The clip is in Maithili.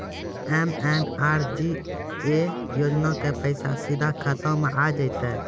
एम.एन.आर.ई.जी.ए योजना के पैसा सीधा खाता मे आ जाते?